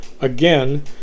again